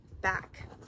back